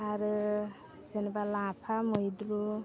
आरो जेनेबा लाफा मैद्रु